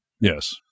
Yes